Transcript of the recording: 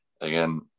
again